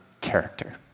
character